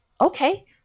okay